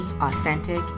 authentic